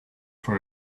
for